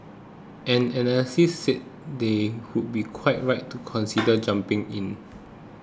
and analysts say they would be quite right to consider jumping in